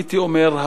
הייתי אומר,